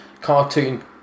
cartoon